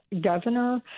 governor